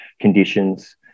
conditions